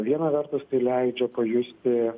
viena vertus tai leidžia pajusti